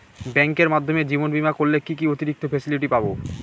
ব্যাংকের মাধ্যমে জীবন বীমা করলে কি কি অতিরিক্ত ফেসিলিটি পাব?